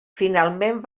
finalment